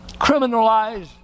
criminalized